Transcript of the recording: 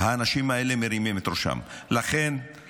האנשים האלה מרימים את ראשם, לכן, אני רציתי.